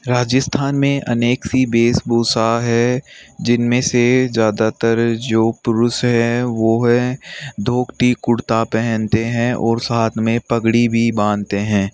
राजस्थान में अनेक सी वेशभूषा है जिनमें से ज़्यादातर जो पुरुष हैं वह हैं धोती कुर्ता पहनते हैं और साथ में पगड़ी भी बांधते हैं